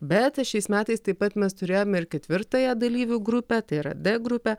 bet šiais metais taip pat mes turėjome ir ketvirtąją dalyvių grupę tai yra d grupę